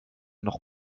noch